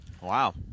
Wow